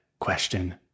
question